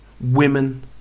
women